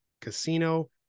Casino